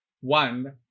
one